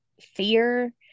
fear